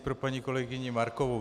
Pro paní kolegyni Markovou.